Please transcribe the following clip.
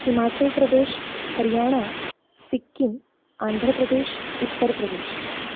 Himachal Pradesh Haryana Sikkim Andhra Pradesh Uttar Pradesh